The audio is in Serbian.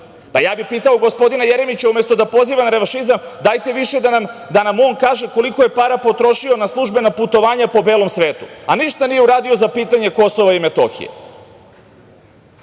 bih pitao gospodina Jeremića, umesto da poziva na revanšizam, dajte više da nam on kaže koliko je para potrošio na službena putovanja po belom svetu, a ništa nije uradio za pitanje Kosova i Metohije. Zaista,